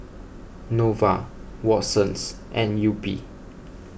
Nova Watsons and Yupi